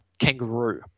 kangaroo